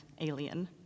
alien